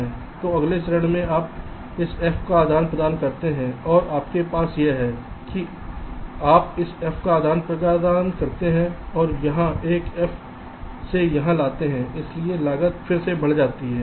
तो अगले चरण में आप इस f का आदान प्रदान करते हैं और आपके पास यह है कि आप इस f का आदान प्रदान करते हैं और यहाँ एक f से यहां f लाते हैं इसलिए लागत फिर से बढ़ रही है